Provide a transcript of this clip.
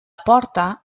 porta